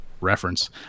reference